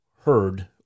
heard